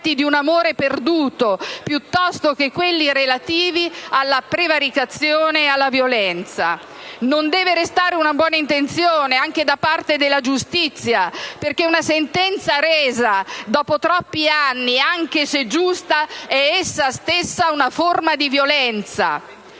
Non deve restare una buona intenzione anche per la giustizia, perché una sentenza resa dopo troppi anni, anche se giusta, è essa stessa una forma di violenza.